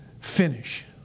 finish